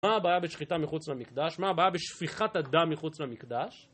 מה הבעיה בשחיטה מחוץ למקדש? מה הבעיה בשפיכת הדם מחוץ למקדש?